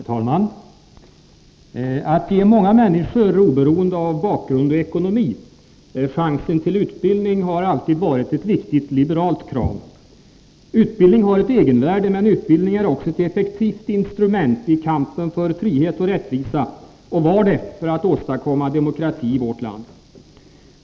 Herr talman! Att ge många människor, oberoende av bakgrund och ekonomi, chansen till utbildning har alltid varit ett viktigt liberalt krav. Utbildning har ett egenvärde, men utbildning är också ett effektivt instrument i kampen för frihet och rättvisa och var det för att åstadkomma demokrati i vårt land.